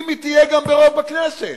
גם אם היא תהיה ברוב בכנסת.